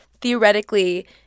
theoretically